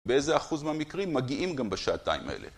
באיזה אחוז מהמקרים מגיעים גם בשעתיים האלה.